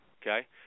okay